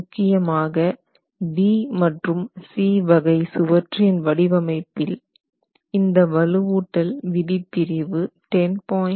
முக்கியமாக B மற்றும் C வகை சுவற்றின் வடிவமைப்பில் இந்த வலுவூட்டல் விதிப்பிரிவு 10